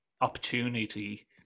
opportunity